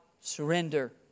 surrender